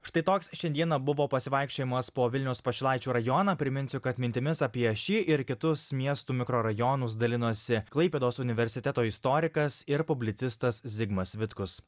štai toks šiandieną buvo pasivaikščiojimas po vilniaus pašilaičių rajoną priminsiu kad mintimis apie šį ir kitus miestų mikrorajonus dalinosi klaipėdos universiteto istorikas ir publicistas zigmas vitkus